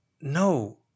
No